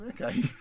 Okay